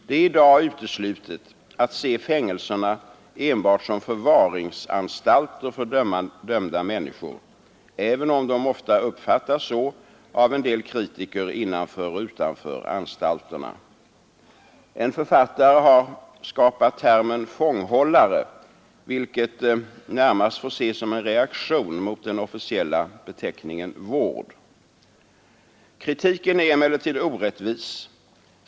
Det är i dag uteslutet att se fängelserna enbart som förvaringsanstalter för dömda människor — även om de ofta uppfattas så av en del kritiker innanför och utanför anstalterna. En författare har skapat termen fånghållare, vilket närmast får ses som en reaktion mot den officiella beteckningen vård. Kritiken är emellertid orättvis.